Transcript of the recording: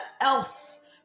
else